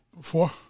Four